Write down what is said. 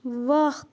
وق